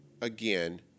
again